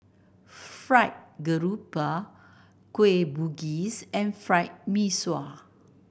Fried Garoupa Kueh Bugis and Fried Mee Sua